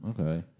Okay